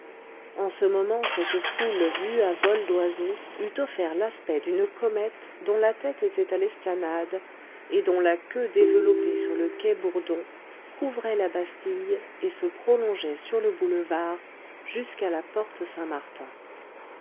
en ce moment cette foule vue à vol d'oiseau eût offert l'aspect d'une comète dont la tête était à l'esplanade et dont la queue développée sur le quai bourdon couvrait la bastille et se prolongeait sur le boulevard jusqu'à la porte saint-martin